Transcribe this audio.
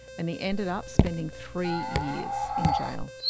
and he ended up spending three years in jail.